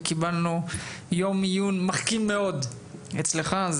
וקיבלנו יום עיון מחכים מאוד אצלך,